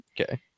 Okay